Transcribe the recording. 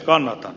kannatan